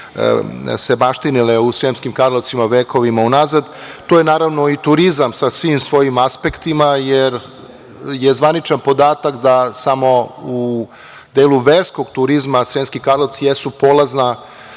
se baštinile u Sremskim Karlovcima vekovima unazad. Tu je naravno i turizam sa svim svojim aspektima jer je zvaničan podatak da samo u delu verskog turizma Sremski Karlovci jesu polazna